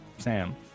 Sam